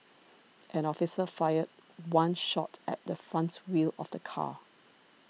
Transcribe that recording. an officer fired one shot at the front wheel of the car